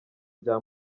bya